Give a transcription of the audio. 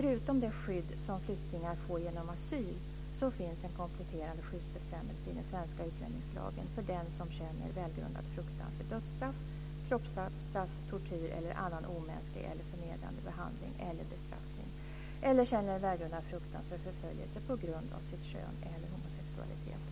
Förutom det skydd som flyktingar får genom asyl finns en kompletterande skyddsbestämmelse i den svenska utlänningslagen för den som känner välgrundad fruktan för dödsstraff, kroppsstraff, tortyr eller annan omänsklig eller förnedrande behandling eller bestraffning, eller känner välgrundad fruktan för förföljelse på grund av sitt kön eller homosexualitet.